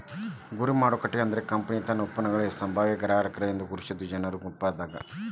ಗುರಿ ಮಾರುಕಟ್ಟೆ ಅಂದ್ರ ಕಂಪನಿ ತನ್ನ ಉತ್ಪನ್ನಗಳಿಗಿ ಸಂಭಾವ್ಯ ಗ್ರಾಹಕರು ಎಂದು ಗುರುತಿಸಿರ ಜನರ ಗುಂಪಾಗ್ಯಾದ